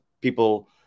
people